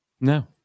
no